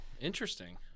interesting